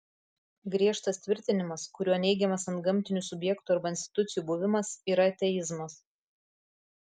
griežtas tvirtinimas kuriuo neigiamas antgamtinių subjektų arba institucijų buvimas yra ateizmas